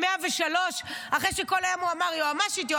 ל-103 אחרי שכל היום הוא אמר: יועמ"שית,